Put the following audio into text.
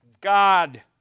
God